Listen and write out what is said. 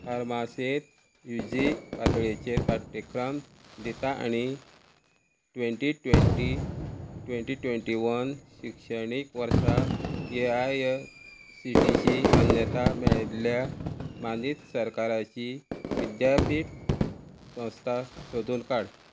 फारमासेर U G पातळेचेर पाठ्यक्रम दिता आनी twenty twenty twenty twenty one शिक्षणीक वर्सा ए आय सी टी ची मान्यताय मेळिल्ल्या मानीत सरकाराची विद्यापीठ संस्था सोदून काड